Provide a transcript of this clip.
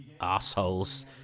assholes